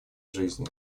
жизни